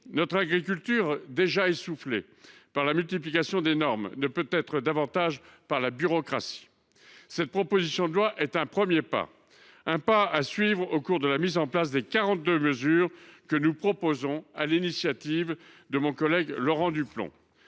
notre agriculture, déjà essoufflée par la multiplication des normes, ne peut l’être davantage par la bureaucratie. Cette proposition de loi est un premier pas vers la mise en place de l’intégralité des quarante deux mesures que nous proposons, sur l’initiative de notre collègue Laurent Duplomb.